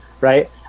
right